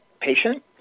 patient